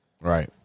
Right